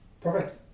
Perfect